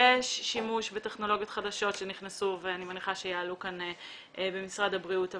יש שימוש בטכנולוגיות חדשות שנכנסו ואני מניחה שיעלו כאן ממשרד הבריאות.